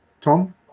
Tom